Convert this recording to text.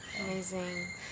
amazing